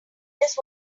just